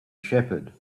shepherd